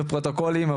ופרוטוקולים,